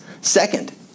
Second